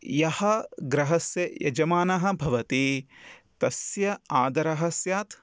यः गृहस्य यजमानः भवति तस्य आदरः स्यात्